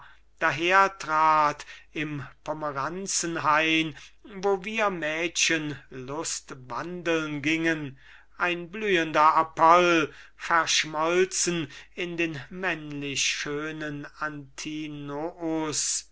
war dahertrat im pomeranzenhain wo wir mädchen lustwandeln gingen ein blühender apoll verschmolzen in den männlich schönen